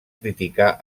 criticar